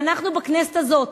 ואנחנו בכנסת הזאת,